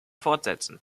fortsetzen